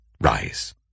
Rise